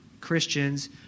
Christians